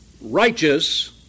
righteous